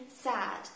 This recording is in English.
sad